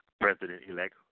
president-elect